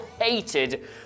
hated